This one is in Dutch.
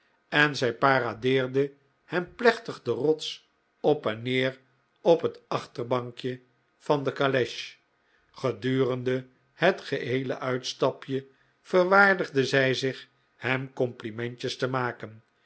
en zij paradeerde hem plechtig de rots op en neer op het achterbankje van de caleche gedurende het geheele uitstapje verwaardigde zij zich hem complimentjes te maken